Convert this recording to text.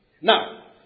Now